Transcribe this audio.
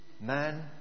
Man